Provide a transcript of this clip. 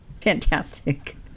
fantastic